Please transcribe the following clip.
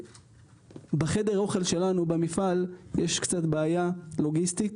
בחדר אוכל שלנו במפעל יש קצת בעיה לוגיסטית,